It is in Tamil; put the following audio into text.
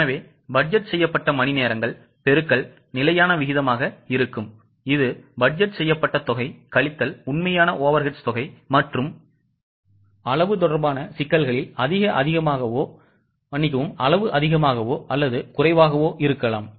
எனவே பட்ஜெட் செய்யப்பட்ட மணிநேரங்கள் பெருக்கல் நிலையான விகிதமாக இருக்கும் இது பட்ஜெட் செய்யப்பட்ட தொகை கழித்தல் உண்மையான overhead தொகை மற்றும் அளவு தொடர்பான சிக்கல்களின் அளவு அதிகமாகவோ அல்லது குறைவாகவோ இருக்கலாம்